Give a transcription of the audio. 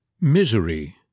Misery